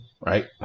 right